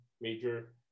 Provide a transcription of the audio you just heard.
major